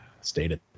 stated